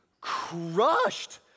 crushed